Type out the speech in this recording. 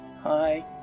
Hi